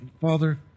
Father